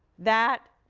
that